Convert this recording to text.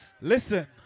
Listen